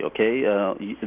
okay